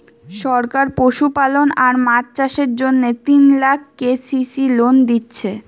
সরকার পশুপালন আর মাছ চাষের জন্যে তিন লাখ কে.সি.সি লোন দিচ্ছে